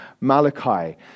Malachi